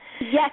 Yes